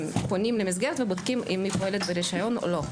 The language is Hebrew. פונים למסגרת ובודקים אם היא פועלת ברישיון או לא.